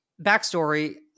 backstory